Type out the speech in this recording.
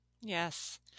Yes